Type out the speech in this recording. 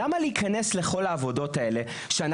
למה להיכנס לכל העבודות האלה,